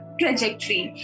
trajectory